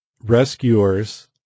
rescuers